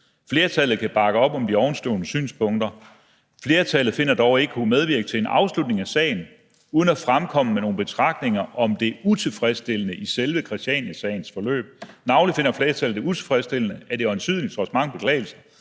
Flertallet kan bakke op om de ovenstående synspunkter. Flertallet finder dog ikke at kunne medvirke til en afslutning af sagen uden at fremkomme med nogle betragtninger om det utilfredsstillende i selve Christianiasagens forløb. Navnlig finder flertallet det utilfredsstillende, at det øjensynlig – trods mange beklagelser